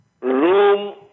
Room